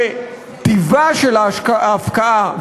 וטיבה של ההפקעה,